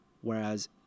whereas